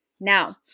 Now